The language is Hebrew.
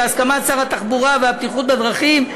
בהסכמת שר התחבורה והבטיחות בדרכים,